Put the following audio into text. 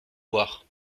boire